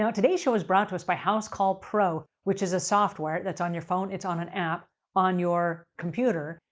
today's show is brought to us by housecall pro, which is a software that's on your phone. it's on an app on your computer.